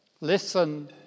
Listen